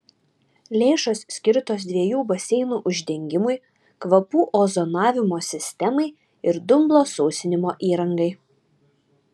lėšos skirtos dviejų baseinų uždengimui kvapų ozonavimo sistemai ir dumblo sausinimo įrangai